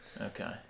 Okay